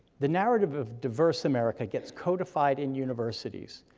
the narrative of diverse america gets codified in universities,